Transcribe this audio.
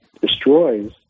destroys